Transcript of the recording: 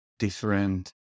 Different